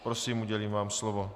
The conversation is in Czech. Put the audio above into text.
Prosím, udělím vám slovo.